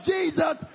Jesus